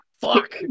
Fuck